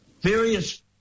various